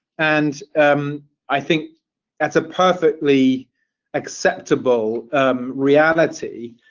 and i think that's a perfectly acceptable reality,